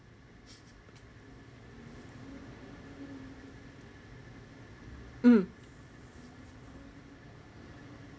um